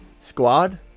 squad